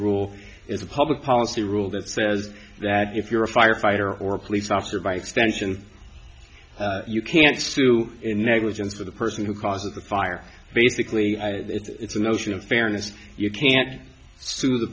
rule is a public policy rule that says that if you're a firefighter or a police officer by extension you can't sue in negligence of the person who caused the fire basically it's a notion of fairness you can't sue the